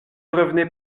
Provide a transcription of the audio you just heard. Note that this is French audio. revenez